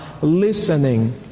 listening